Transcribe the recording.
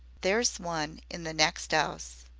there's one in the next ouse.